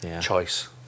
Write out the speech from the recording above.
choice